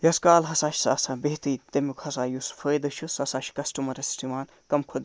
یژ کالہٕ ہسا چھُ آسان سُہ بِہتھٕے تَمیُک ہسا یُس فٲیدٕ چھُ سُہ سا چھُ کَسٹَمَرَس یِوان تَمہِ کھۄتہٕ